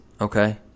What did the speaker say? okay